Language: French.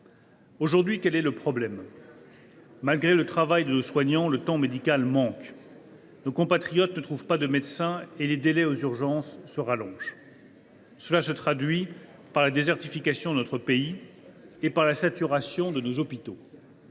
Aujourd’hui, le problème est que, malgré le travail de nos soignants, le temps médical manque. Nos compatriotes ne trouvent pas de médecins, et le temps d’attente aux urgences s’accroît. Cela se traduit par la désertification de notre pays et la saturation de nos hôpitaux.